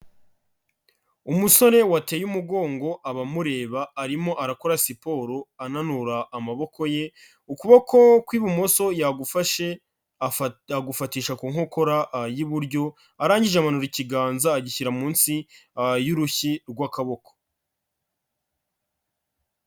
Umusore wateye umugongo abamureba, arimo arakora siporo ananura amaboko ye, ukuboko kw'ibumoso yagufashe agufatisha ku nkokora y'iburyo, arangije amanura ikiganza agishyira munsi y'urushyi rw'akaboko.